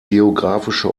geographische